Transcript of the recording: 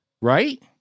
Right